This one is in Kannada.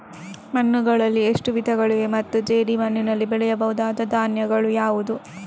ಮಣ್ಣುಗಳಲ್ಲಿ ಎಷ್ಟು ವಿಧಗಳಿವೆ ಮತ್ತು ಜೇಡಿಮಣ್ಣಿನಲ್ಲಿ ಬೆಳೆಯಬಹುದಾದ ಧಾನ್ಯಗಳು ಯಾವುದು?